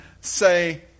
say